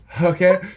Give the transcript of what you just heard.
okay